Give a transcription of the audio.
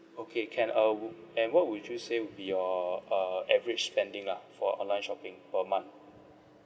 okay can uh and what would you say would be your uh average spending lah for online shopping per month